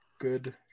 Good